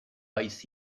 haiz